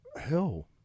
Hell